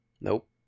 Nope